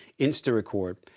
insta-record.